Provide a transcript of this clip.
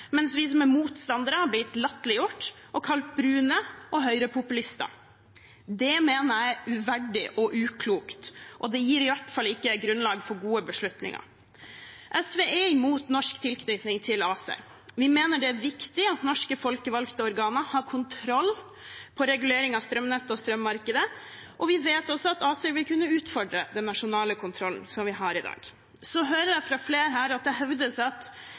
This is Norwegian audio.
mens vi som er motstandere, har blitt latterliggjort og kalt brune og høyrepopulister. Det mener jeg er uverdig og uklokt, og det gir i hvert fall ikke grunnlag for gode beslutninger. SV er imot norsk tilknytning til ACER. Vi mener det er viktig at norske folkevalgte organer har kontroll på regulering av strømnettet og strømmarkedet, og vi vet også at ACER vil kunne utfordre den nasjonale kontrollen som vi har i dag. Så hører jeg flere her hevde at